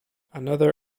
another